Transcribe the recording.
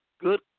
good